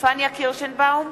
פניה קירשנבאום,